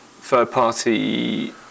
third-party